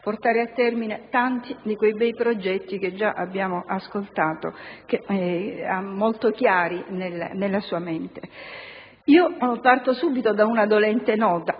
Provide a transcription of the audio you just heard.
portare a termine quei tanti bei progetti che già abbiamo ascoltato e che ha molto chiari nella sua mente. Parto subito da una dolente nota,